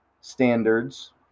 standards